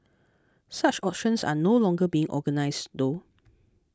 such auctions are no longer being organised though